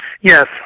Yes